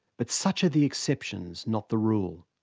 but such are the exceptions, not the rule.